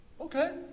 okay